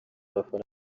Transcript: abafana